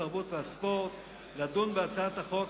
התרבות והספורט לדון בהצעת החוק,